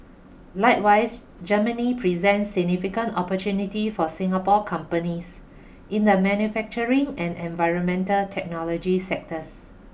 likewise Germany presents significant opportunities for Singapore companies in the manufacturing and environmental technology sectors